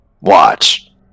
Watch